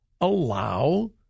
allow